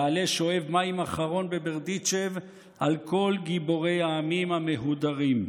יעלה שואב מים אחרון בברדיצ'ב על כל גיבורי העמים המהודרים,